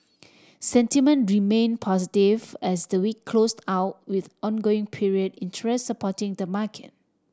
sentiment remained positive as the week closed out with ongoing period interest supporting the market